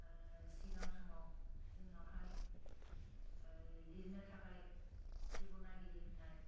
सिगां समाव जोंनावहाय लिरनो थाखाय देबनागिरि होननाय